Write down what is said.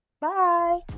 Bye